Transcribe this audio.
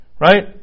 Right